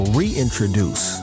reintroduce